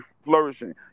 flourishing